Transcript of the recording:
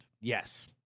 Yes